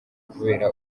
kubera